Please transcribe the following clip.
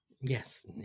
yes